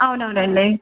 అవునవునండి